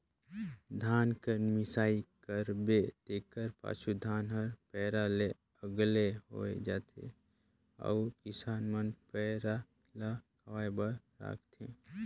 धान कर मिसाई करबे तेकर पाछू धान हर पैरा ले अलगे होए जाथे अउ किसान मन पैरा ल खवाए बर राखथें